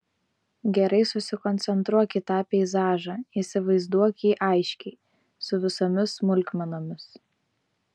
gerai susikoncentruok į tą peizažą įsivaizduok jį aiškiai su visomis smulkmenomis